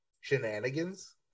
shenanigans